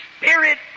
spirit